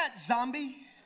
zombie